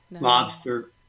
lobster